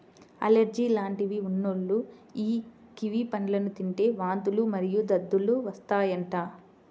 allergy లాంటివి ఉన్నోల్లు యీ కివి పండ్లను తింటే వాంతులు మరియు దద్దుర్లు వత్తాయంట